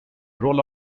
roll